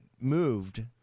moved